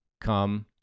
come